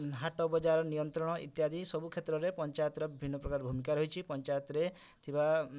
ହାଟ ବଜାର ନିୟନ୍ତ୍ରଣ ଇତ୍ୟାଦି ସବୁ କ୍ଷେତ୍ରରେ ପଞ୍ଚାୟତର ବିଭିନ୍ନ ପ୍ରକାର ଭୂମିକା ରହିଛି ପଞ୍ଚାୟତରେ ଥିବା